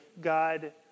God